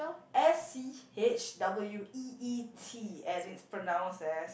S_C_H_W_E_E_T and it's pronounce as